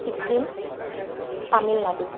Sikkim Tamil Nadu